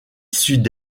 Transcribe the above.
sud